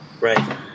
Right